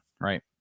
right